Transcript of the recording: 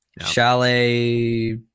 Chalet